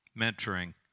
mentoring